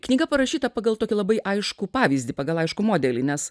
knyga parašyta pagal tokį labai aiškų pavyzdį pagal aiškų modelį nes